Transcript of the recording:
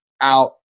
out